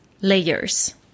layers